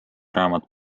raamat